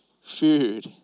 food